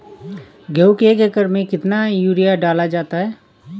गेहूँ के एक एकड़ में कितना यूरिया डाला जाता है?